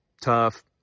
tough